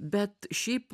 bet šiaip